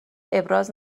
ابراز